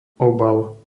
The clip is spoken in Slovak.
obal